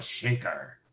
Shaker